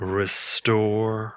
restore